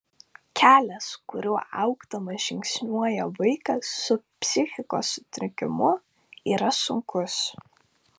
kelias kuriuo augdamas žingsniuoja vaikas su psichikos sutrikimu yra sunkus